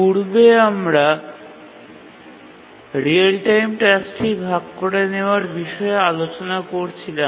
পূর্বে আমরা real time টাস্কটি ভাগ করে নেওয়ার বিষয়ে আলোচনা করছিলাম